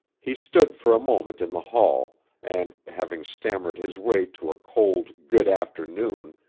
he stood for a moment in the hall and, having stammered his way to a cold good-afternoon,